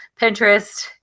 Pinterest